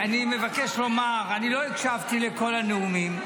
מבקש לומר, אני לא הקשבתי לכל הנאומים,